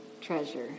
treasure